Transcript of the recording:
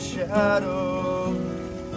shadow